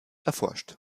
erforscht